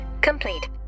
complete